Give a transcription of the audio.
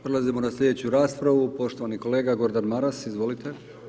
Prelazimo na slijedeću raspravu, poštovani kolega Gordan Maras, izvolite.